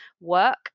work